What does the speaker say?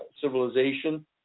civilization—